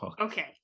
Okay